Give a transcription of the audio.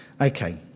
Okay